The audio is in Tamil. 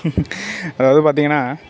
அதாவது பார்த்தீங்கன்னா